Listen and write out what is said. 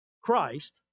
Christ